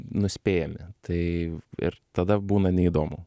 nuspėjami tai ir tada būna neįdomu